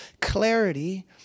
clarity